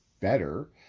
better